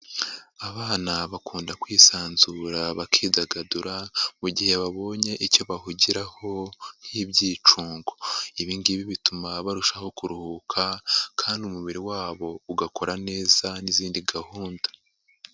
Abana bakunda kwisanzura bakidagadura mu gihe babonye icyo bahugiraho nk'ibyicungo, ibi ngibi bituma barushaho kuruhuka kandi umubiri wabo ugakora neza n'izindi gahunda.